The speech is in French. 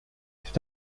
c’est